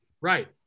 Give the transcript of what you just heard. right